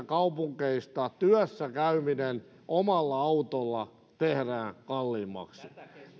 kaupungeista työssä käyminen omalla autolla tehdään kalliimmaksi